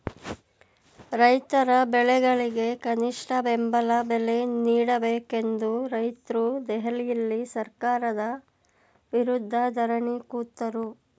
ರೈತರ ಬೆಳೆಗಳಿಗೆ ಕನಿಷ್ಠ ಬೆಂಬಲ ಬೆಲೆ ನೀಡಬೇಕೆಂದು ರೈತ್ರು ದೆಹಲಿಯಲ್ಲಿ ಸರ್ಕಾರದ ವಿರುದ್ಧ ಧರಣಿ ಕೂತರು